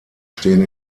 stehen